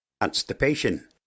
Constipation